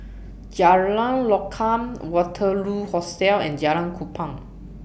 Jalan Lokam Waterloo Hostel and Jalan Kupang